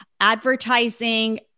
advertising